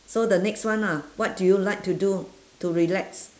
so the next one ah what do you like to do to relax